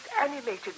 animated